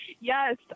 yes